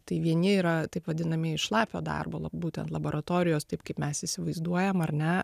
tai vieni yra taip vadinamieji šlapio darbo būtent laboratorijos taip kaip mes įsivaizduojam ar ne